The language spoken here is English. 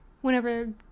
whenever